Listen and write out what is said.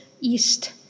East